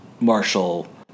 Marshall